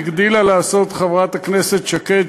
הגדילה לעשות חברת הכנסת שקד,